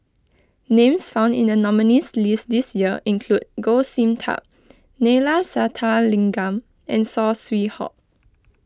names found in the nominees' list this year include Goh Sin Tub Neila Sathyalingam and Saw Swee Hock